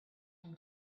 from